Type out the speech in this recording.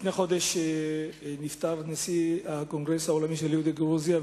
לפני חודש נפטר נשיא הקונגרס העולמי של יהודי גרוזיה,